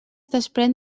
desprèn